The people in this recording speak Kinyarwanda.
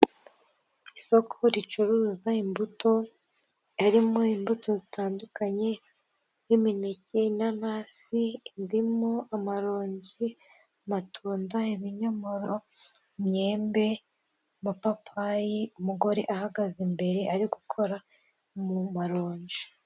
Isoko ricuruza imbuto, harimo imbuto zitandukanye nk'imineke, inanasi, indimu, amaronji, amatunda, ibinyomoro, imyembe, Amapapayi umugore ahagaze imbere ari gukora mu maronji.